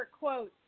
quotes